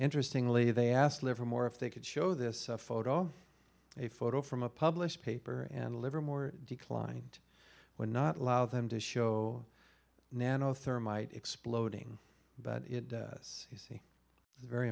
interestingly they asked livermore if they could show this photo a photo from a published paper and livermore declined would not allow them to show nano thermite exploding but it does see very